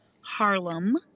Harlem